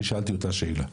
אני שאלתי אותה שאלה.